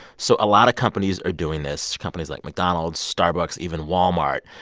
so a lot of companies are doing this, companies like mcdonald's, starbucks, even walmart.